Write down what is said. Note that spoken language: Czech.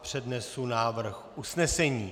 Přednesu návrh usnesení: